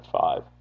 Five